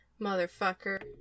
motherfucker